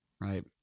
right